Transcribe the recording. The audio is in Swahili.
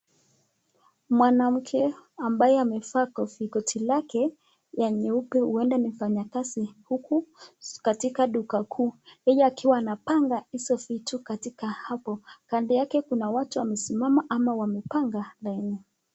Mwanamke ambaye amevaa koti lake la nyeupe, huenda ni mfanyakazi huku katika duka kuu, yeye akiwa anapanga vitu katika hapo. Kando yake kuna watu wamesimama ama wamepanga laini.